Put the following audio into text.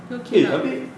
okay lah